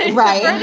and right?